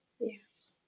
Yes